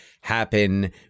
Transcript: happen